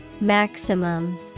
Maximum